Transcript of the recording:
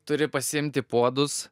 turi pasiimti puodus